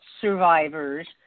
Survivors